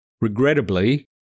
Regrettably